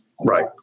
Right